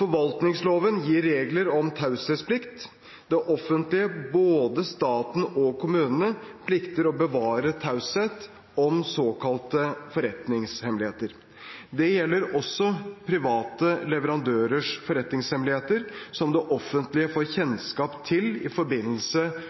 Forvaltningsloven gir regler om taushetsplikt. Det offentlige – både staten og kommunene – plikter å bevare taushet om såkalte forretningshemmeligheter. Det gjelder også private leverandørers forretningshemmeligheter som det offentlige får kjennskap til i forbindelse